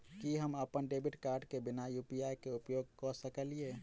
की हम अप्पन debit card केँ बिना यु.पी.आई केँ उपयोग करऽ सकलिये?